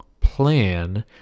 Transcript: plan